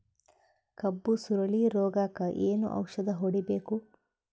ಕಬ್ಬು ಸುರಳೀರೋಗಕ ಏನು ಔಷಧಿ ಹೋಡಿಬೇಕು?